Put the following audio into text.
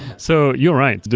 so you're right.